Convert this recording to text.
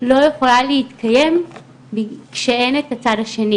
לא יכולה להתקיים כשאין את הצד השני.